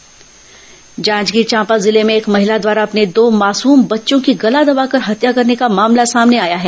जांजगीर मौत जांजगीर चांपा जिले में एक महिला द्वारा अपने दो मासूम बच्चों की गला दबाकर हत्या करने का मामला सामने आया है